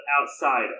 outside